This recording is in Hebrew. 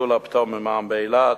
וביטול הפטור ממע"מ באילת.